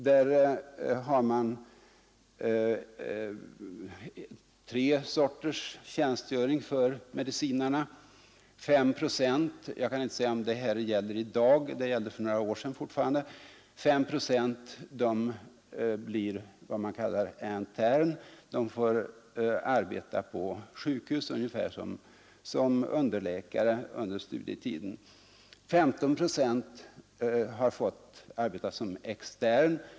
Där har man tre sorters tjänstgöring för medicinare. Jag kan inte säga om detta gäller i dag, men det gällde fortfarande för några år sedan. Fem procent blir vad man kallar ”internes”, och de får arbete på sjukhus ungefär som underläkare under studietiden. 15 procent har fått arbeta som ”externes”.